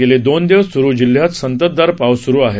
गेले दोन दिवस सुरु जिल्ह्यात संततधार पाऊस सुरु आहे